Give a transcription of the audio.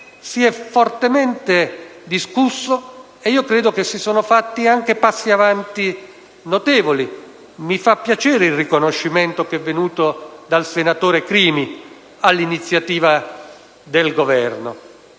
si è fortemente discusso e - credo - si siano fatti passi avanti notevoli. Mi fa piacere il riconoscimento che è venuto dal senatore Crimi all'iniziativa del Governo.